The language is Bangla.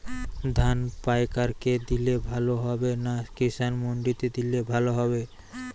ধান পাইকার কে দিলে ভালো হবে না কিষান মন্ডিতে দিলে ভালো হবে?